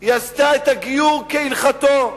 היא עשתה את הגיור כהלכתו.